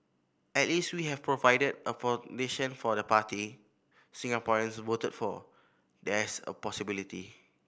at least we have provided a foundation for the party Singaporeans voted for there's a possibility